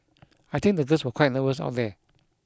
I think this were quite nervous out there